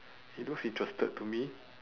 it looks interested to me